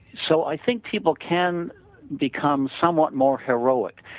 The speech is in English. so i think people can become somewhat more heroic.